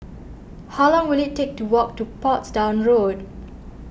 how long will it take to walk to Portsdown Road